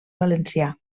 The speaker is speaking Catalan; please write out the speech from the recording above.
valencià